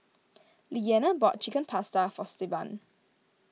Leanna bought Chicken Pasta for Stevan